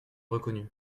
reconnues